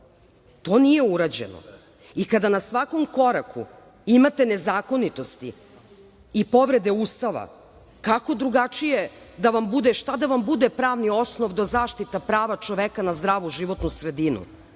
To nije urađeno. Kada na svakom koraku imate nezakonitosti i povrede Ustava, kako drugačije da vam bude, šta da vam bude pravni osnov do zaštita prava čoveka na zdravu životnu sredinu.